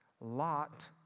Lot